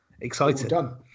Excited